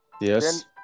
Yes